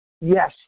Yes